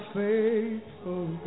faithful